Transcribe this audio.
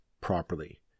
properly